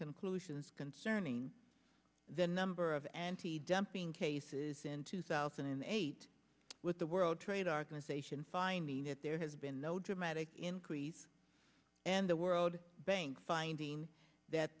conclusions concerning the number of antidumping cases in two thousand and eight with the world trade organization finding it there has been no dramatic increase and the world bank finding that